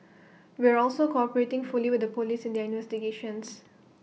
we are also cooperating fully with the Police in their investigations